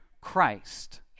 christ